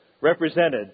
represented